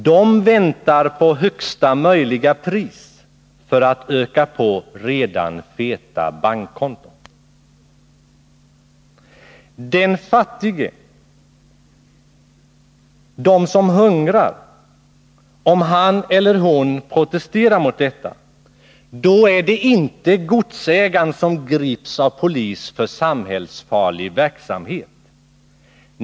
De väntar på högsta möjliga pris för att öka på redan feta bankkonton. Den fattige, den som hungrar — om han eller hon protesterar mot detta, då är det inte godsägaren som grips av polis för samhällsfarlig verksamhet.